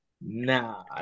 Nah